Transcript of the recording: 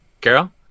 Carol